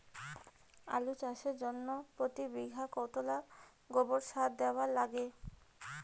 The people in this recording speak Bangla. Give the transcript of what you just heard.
আলু চাষের জইন্যে প্রতি বিঘায় কতোলা গোবর সার দিবার লাগে?